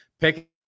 Pick